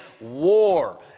war